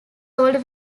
old